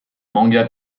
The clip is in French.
manga